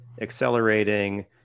accelerating